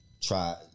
try